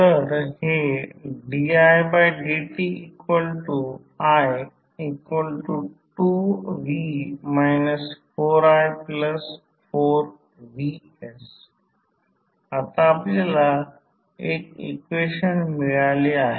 तर हे didti2v 4i4vs आता आपल्याला एक इक्वेशन मिळाले आहे